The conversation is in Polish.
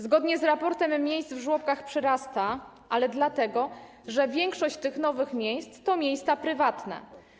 Zgodnie z raportem liczba miejsc w żłobkach wzrasta, ale dlatego że większość nowych miejsc to miejsca prywatne.